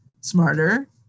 smarter